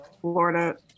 Florida